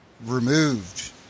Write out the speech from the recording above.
removed